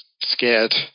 scared